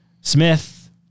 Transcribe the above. Smith